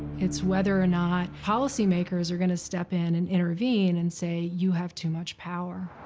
it's whether or not policymakers are going to step in and intervene and say, you have too much power.